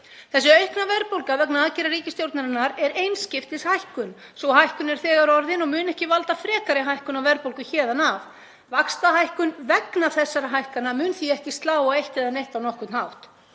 Þessi aukna verðbólga vegna aðgerða ríkisstjórnarinnar er einskiptishækkun. Sú hækkun er þegar orðin og mun ekki valda frekari hækkun á verðbólgu héðan af. Vaxtahækkun vegna þessara hækkana mun því ekki slá á eitt eða neitt á nokkurn hátt.